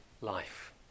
life